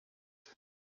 red